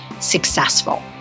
successful